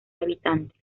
habitantes